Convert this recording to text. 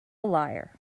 liar